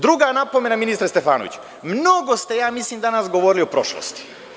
Druga napomena, ministre Stefanoviću, mnoge ste, ja mislim, danas govorili o prošlosti.